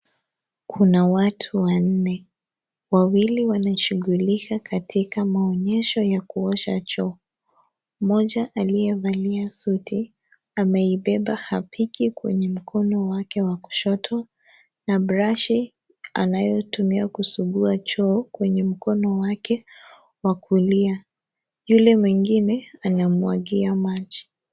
Kuna watu wanne, wawili wanashughulisha katika maonyesho ya kuosha Choo. Mmoja aliyevalia suti ameibeba Hapiki kwenye mkono wake wa kushoto na brashi anayotumia kusugua Choo kwenye mkono wake wa kulia. Yule mwingine anamwagia maji.